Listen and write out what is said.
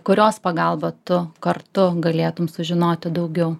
kurios pagalba tu kartu galėtum sužinoti daugiau